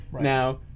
Now